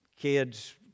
kids